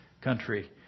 country